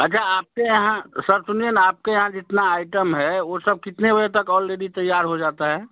अच्छा आप के यहाँ सर सुनिए ना आप के यहाँ जितने आइटम है ओ सब कितने बजे तक ऑलरेडी तैयार हो जाता है